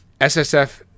SSF